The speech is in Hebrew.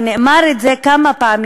וזה נאמר כבר כמה פעמים,